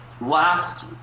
Last